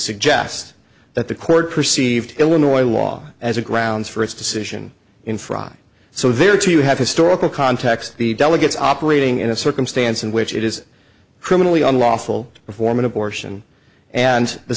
suggest that the court perceived illinois law as a grounds for its decision in front so there to have historical context the delegates operating in a circumstance in which it is criminally unlawful to perform an abortion and the